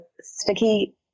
sticky